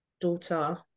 daughter